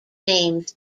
names